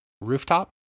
rooftop